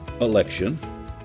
Election